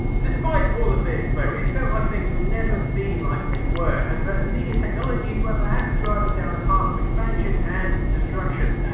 despite all this, so it felt like things would never be like they were and that amiga technologies were perhaps driving down a path of expansion and destruction.